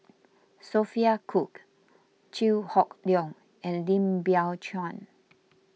Sophia Cooke Chew Hock Leong and Lim Biow Chuan